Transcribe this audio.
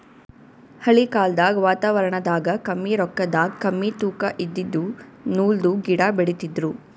ಹಳಿ ಕಾಲ್ದಗ್ ವಾತಾವರಣದಾಗ ಕಮ್ಮಿ ರೊಕ್ಕದಾಗ್ ಕಮ್ಮಿ ತೂಕಾ ಇದಿದ್ದು ನೂಲ್ದು ಗಿಡಾ ಬೆಳಿತಿದ್ರು